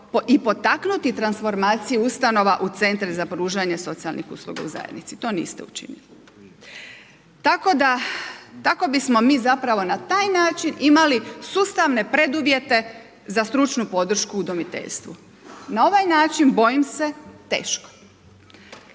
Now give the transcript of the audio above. i potaknuti transformaciju ustanova u centre za pružanje socijalnih usluga u zajednici. To niste učinili. Tako da, tako bi smo zapravo na taj način imali ustavne preduvjete za stručnu podršku u udomiteljstvu. Na ovaj način bojim se teško.